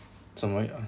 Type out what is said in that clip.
怎么了